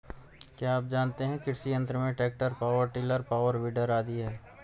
क्या आप जानते है कृषि यंत्र में tractor, power tiller, power weeder आदि है?